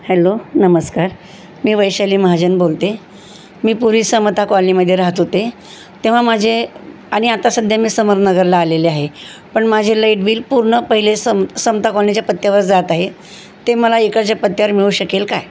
hello नमस्कार मी वैशाली महाजन बोलते मी पूर्वी समता कॉलनीमध्ये राहत होते तेव्हा माझे आणि आता सध्या मी समरनगरला आलेले आहे पण माझे लाईट बिल पूर्ण पहिले सम समता कॉलनीच्या पत्त्यावर जात आहे ते मला इकडच्या पत्त्यावर मिळू शकेल काय